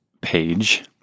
page